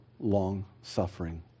long-suffering